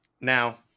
Now